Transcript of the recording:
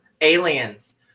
Aliens